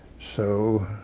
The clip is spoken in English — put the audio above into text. so,